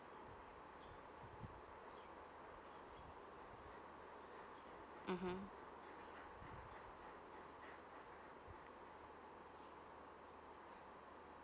(uh huh)